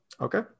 Okay